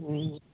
ହୁଁ